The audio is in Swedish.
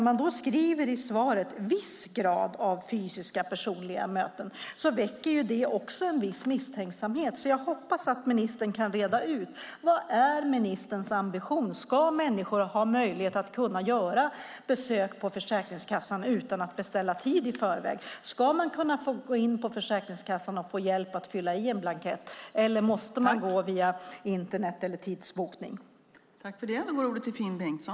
I svaret står det om "viss grad av fysiska personliga möten". Det väcker viss misstänksamhet. Jag hoppas att ministern kan reda ut vad ministerns ambition är. Ska människor ha möjlighet att göra besök hos Försäkringskassan utan att i förväg beställa tid? Ska man kunna gå in på Försäkringskassan och där få hjälp med att fylla i en blankett, eller måste man gå via Internet eller tidsbokningen?